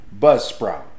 Buzzsprout